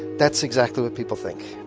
that's exactly what people think